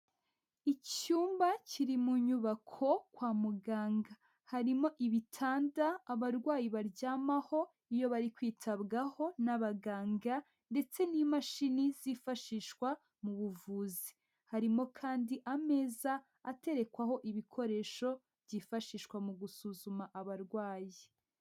Icyumba kiri mu nyubako kwa muganga, harimo ibitanda abarwayi baryamaho iyo bari kwitabwaho n'abaganga ndetse n'imashini zifashishwa mu buvuzi, harimo kandi ameza aterekwaho ibikoresho byifashishwa mu gusuzuma abarwayi.